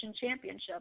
Championship